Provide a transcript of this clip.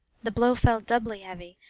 the blow fell doubly heavy,